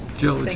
jillee